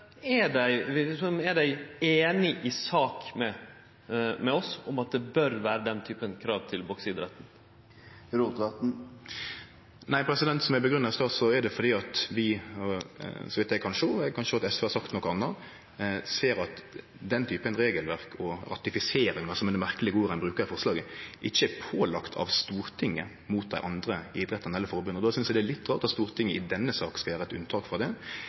er dei einige med oss i sak, at det bør vere den typen krav til bokseidretten? Som eg grunngav i stad, er det fordi vi ser – og så vidt eg kan sjå, har eg ikkje høyrt at SV har sagt noko anna – at den typen regelverk og ratifisering, som er det merkelege ordet ein brukar i forslaget, ikkje er pålagd av Stortinget når det gjeld dei andre idrettane eller forbunda, og då synest eg det er litt rart at Stortinget i denne saka skal gjere eit unntak frå det.